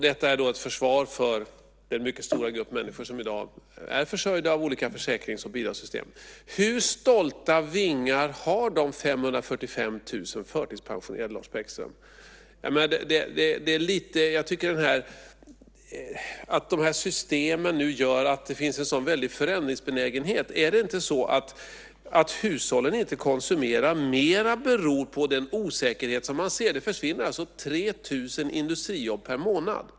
Detta är då ett försvar för den mycket stora grupp människor som i dag är försörjd av olika försäkrings och bidragssystem. Hur stolta vingar har de 545 000 förtidspensionerade, Lars Bäckström? Här sägs att de här systemen nu gör att det finns en sådan väldig förändringsbenägenhet. Är det inte så här: Att hushållen inte konsumerar mera beror på den osäkerhet som man ser? Det försvinner alltså 3 000 industrijobb per månad.